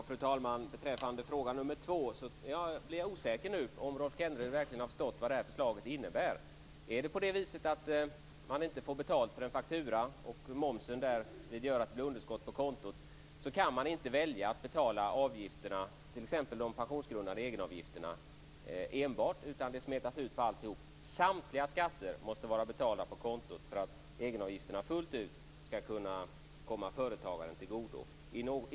Fru talman! Beträffande fråga nr 2 blir jag nu osäker om Rolf Kenneryd har förstått vad förslaget innebär. Om man inte får betalt för en faktura, och momsen gör att det blir underskott på kontot, kan man inte välja att enbart betala avgifterna, t.ex. de pensionsgrundande egenavgifterna, utan det smetas ut över alltihop. Samtliga skatter måste vara betalda på kontot för att egenavgifterna fullt ut skall kunna komma företagaren till godo.